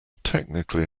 technically